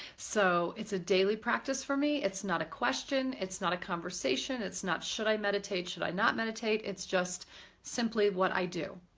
so it's a daily practice for me. it's not a question, it's not a conversation, it's not should i meditate, should i not meditate, it's just simply what i do.